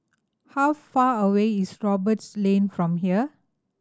how far away is Roberts Lane from here